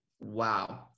Wow